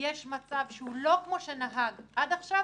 יש מצב שהוא לא כמו שנהג עד עכשיו,